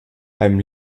beim